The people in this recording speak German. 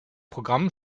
programm